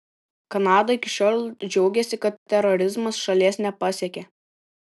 kanada iki šiol džiaugėsi kad terorizmas šalies nepasiekia